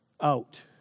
Out